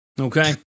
Okay